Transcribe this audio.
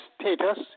status